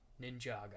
ninjago